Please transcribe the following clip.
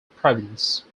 province